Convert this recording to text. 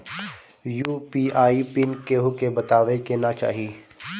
UPI PIN केहू के बतावे के ना चाही